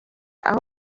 aho